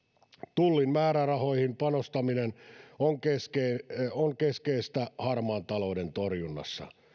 tullin määrärahoihin panostaminen on keskeistä harmaan talouden torjunnassa